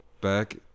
back